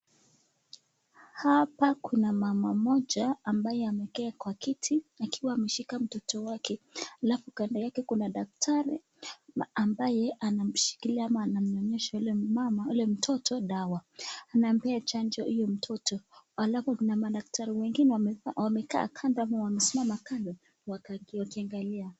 Hapa kuna mama mmoja ambaye amekaa kwa kiti akikuwa ameshika mtoto wake halafu kando yake kuna daktari ambaye anamshikilia ama anamnyonyesha ule mama ama ule mtoto dawa. Anampea chanjo huyo mtoto, halafu kuna daktari wengine wamekaa kando ama wamesimama kando wakiangalia.